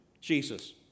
Jesus